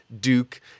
Duke